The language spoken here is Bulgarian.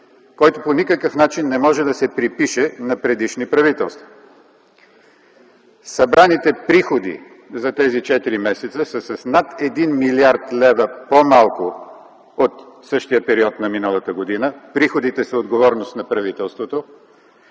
който по никакъв начин не може да се препише на предишни правителства. Събраните приходи за тези четири месеца са с над 1 млрд. лв. по-малко от същия период на миналата година. Приходите са отговорност на правителството.